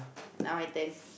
now my turn